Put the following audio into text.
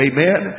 Amen